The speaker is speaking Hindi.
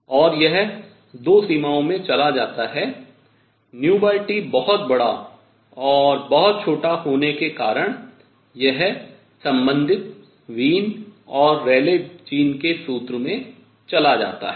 और यह 2 सीमाओं में चला जाता है νT बहुत बड़ा और बहुत छोटा होने के कारण यह संबंधित वीन और रेले जीन के सूत्र में चला जाता है